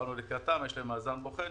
באנו לקראתם וראינו שיש להם מאזן בוחן,